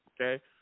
okay